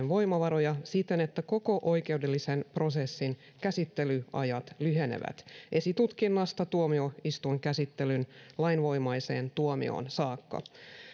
voimavaroja siten että koko oikeudellisen prosessin käsittelyajat lyhenevät esitutkinnasta tuomioistuinkäsittelyn lainvoimaiseen tuomioon saakka